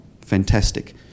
Fantastic